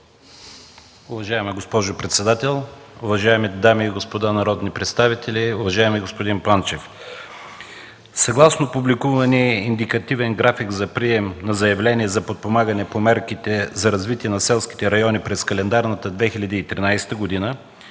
Уважаема госпожо председател, уважаеми дами и господа народни представители! Уважаеми господин Панчев, съгласно публикувания индикативен график за прием на заявления за подпомагане по мерките за развитие на селските райони през календарната 2013 г.,